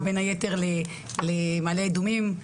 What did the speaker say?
בין היתר למעלה אדומים,